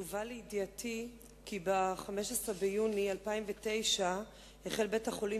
הובא לידיעתי כי ב-15 ביוני 2009 החל בית-החולים